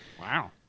Wow